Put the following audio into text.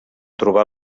trobar